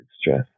stress